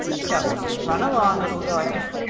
so run along, little dorothy,